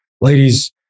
ladies